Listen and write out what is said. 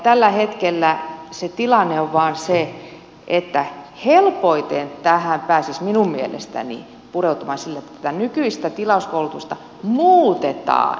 tällä hetkellä se tilanne vain on se että helpoiten tähän pääsisi minun mielestäni pureutumaan sillä että tätä nykyistä tilauskoulutusta muutetaan